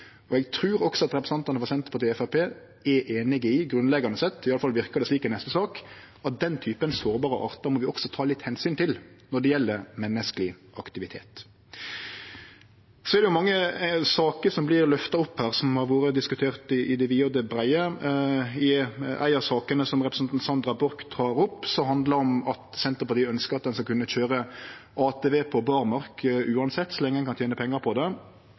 Eg trur representantane frå Senterpartiet og Framstegspartiet grunnleggjande sett er einig i, i alle fall verkar det slik i neste sak, at den typen sårbare artar må vi også ta litt omsyn til når det gjeld menneskeleg aktivitet. Det er mange saker som vert løfta opp her, som har vore diskuterte i det vide og det breie. Ei av sakene, som representanten Sandra Borch tok opp, handlar om at Senterpartiet ønskjer at ein skal kunne køyre ATV på berrmark uansett, så lenge ein kan tene pengar på det.